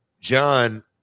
John